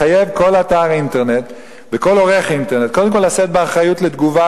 לחייב כל אתר אינטרנט וכל עורך אינטרנט קודם כול לשאת באחריות לתגובה,